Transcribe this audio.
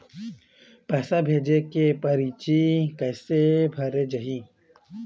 पैसा भेजे के परची कैसे भरे जाथे?